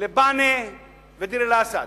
בענה ודיר-אל-אסד.